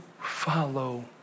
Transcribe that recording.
follow